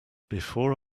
before